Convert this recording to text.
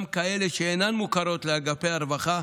גם כאלה שאינן מוכרות לאגפי הרווחה,